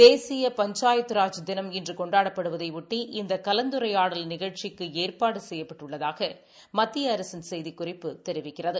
தேசிய பஞ்சாயத்தராஜ் தினம் இன்று கொண்டாடப் படுவதையொட்டி இந்த கலந்துரையாடல் நிகழ்ச்சிக்கு ஏற்பாடு செய்யப்பட்டுள்ளதாக மத்திய அரசின் செய்திக்குறிப்பு தெரிவிக்கிறது